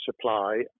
supply